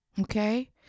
Okay